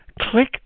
Click